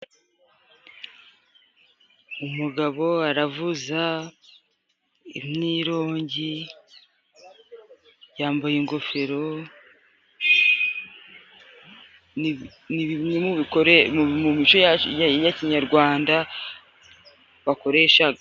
Umugabo aravuza umwirongi yambaye ingofero. Ni bimwe mu mico ya kinyarwanda bakoresha.